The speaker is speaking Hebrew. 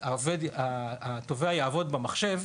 התובע יעבוד במחשב,